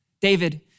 David